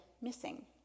missing